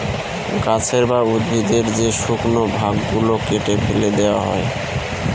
গাছের বা উদ্ভিদের যে শুকনো ভাগ গুলো কেটে ফেলে দেওয়া হয়